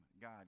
God